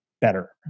better